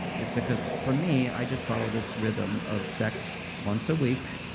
is because, for me, i just follow this rhythm of sex, once a week.